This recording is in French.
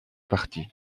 parti